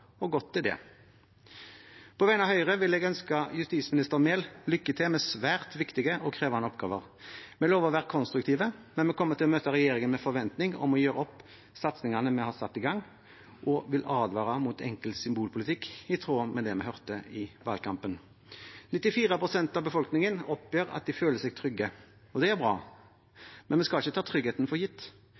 og godt er det. På vegne av Høyre vil jeg ønske justisminister Mehl lykke til med svært viktige og krevende oppgaver. Vi lover å være konstruktive, men vi kommer til å møte regjeringen med forventninger om å gjøre opp satsingene vi har satt i gang, og vil advare mot enkel symbolpolitikk i tråd med det vi hørte i valgkampen. 94 pst. av befolkningen oppgir at de føler seg trygge. Det er bra, men vi skal ikke ta tryggheten for gitt.